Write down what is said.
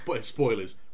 spoilers